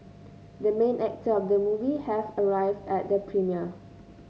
the main actor of the movie have arrived at the premiere